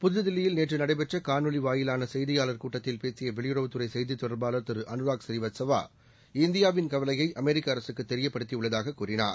புதுதில்லியில் நேற்றுநடைபெற்றகாணொளிவாயிலானசெய்தியாளர் கூட்டத்தில் பேசியவெளியுறவுத் துறைசெய்திதொடர்பாளர் திரு் அனுராக் பூநீவத்சவா இந்தியாவின் கவலையைஅமெரிக்கஅரசுக்குத் தெரியப்படுத்தியுள்ளதாககூறினார்